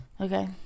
Okay